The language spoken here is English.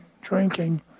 drinking